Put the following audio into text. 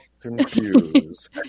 confused